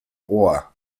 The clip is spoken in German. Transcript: ohr